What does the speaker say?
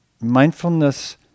Mindfulness